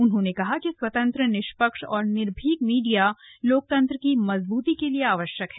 उन्होंने कहा कि स्वतंत्र निष्पक्ष और निर्भीक मीडिया लोकतंत्र की मजबूती के लिए आवश्यक है